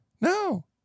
no